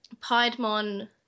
Piedmon